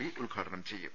P ഉദ്ഘാടനം ചെയ്യും